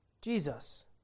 Jesus